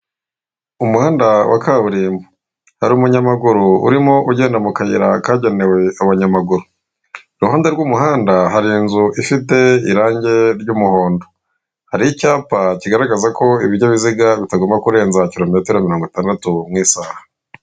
Umuhanda wa kaburimbo, hari umunyamaguru urimo ugenda mu kayira kagenewe abanyamaguru i ruhande rw'umuhanda hari inzu ifite irangi ry'umuhondo, hari icyapa kigaragaza ko ibinyabiziga bitagomba kurenza kilometero mirongo itandatu mu isaha.